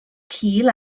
cul